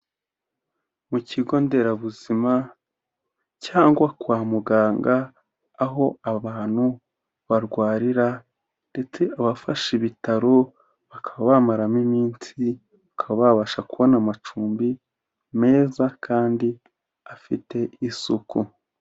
Mu kigo nderabuzima cyangwa kwa muganga, aho abantu barwarira ndetse abafasha ibitaro, bakaba bamaramo iminsi, bakaba babasha kubona amacumbi meza kandi afite isuku.